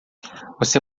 você